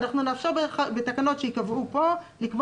אנחנו נאפשר בתקנות שייקבעו פה לקבוע